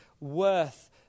worth